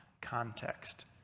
context